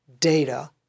Data